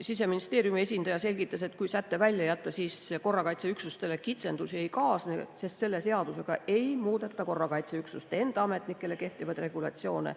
Siseministeeriumi esindaja selgitas, et kui säte välja jätta, siis korrakaitseüksustele kitsendusi ei kaasne, sest selle seadusega ei muudeta korrakaitseüksuste enda ametnikele kehtivaid regulatsioone,